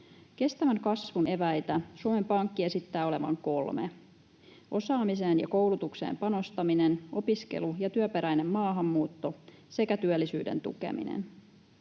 Kestävän kasvun eväitä Suomen Pankki esittää olevan kolme: osaamiseen ja koulutukseen panostaminen, opiskelu- ja työperäinen maahanmuutto sekä työllisyyden tukeminen.